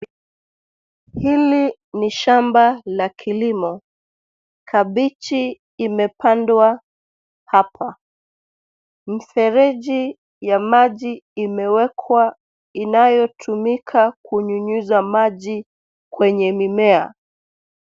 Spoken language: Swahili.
Hili ni shamba la kilimo. Kabichi imepandwa hapa. Mifereji ya maji imewekwa, inayotumika kunyunyiza maji kwenye mimea.